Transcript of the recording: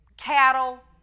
Cattle